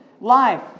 life